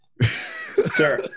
sir